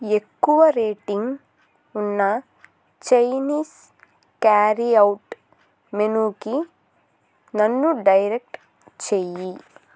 ఎక్కువ రేటింగ్ ఉన్న Chinese carry out మెనుకి నన్ను డైరెక్ట్ చెయ్యి